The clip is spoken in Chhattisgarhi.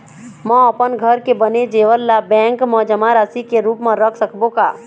म अपन घर के बने जेवर ला बैंक म जमा राशि के रूप म रख सकबो का?